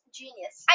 genius